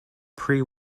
pre